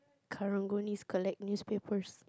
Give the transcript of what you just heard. karang-guni collect newspapers